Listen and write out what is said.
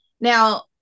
Now